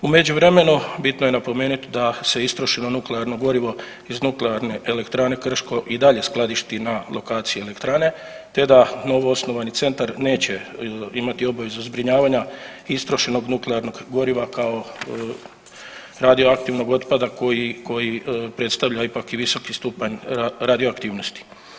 U međuvremenu bitno je napomenit da se istrošeno nuklearno gorivo iz NE Krško i dalje skladišti na lokaciji elektrane te da novoosnovani centar neće imati obavezu zbrinjavanja istrošenog nuklearnog goriva kao radioaktivnog otpada koji predstavlja ipak i visoki stupanj radioaktivnosti.